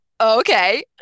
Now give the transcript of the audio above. okay